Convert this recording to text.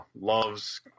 loves